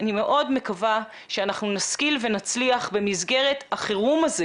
אני מאוד מקווה שנשכיל ונצליח במסגרת החירום הזאת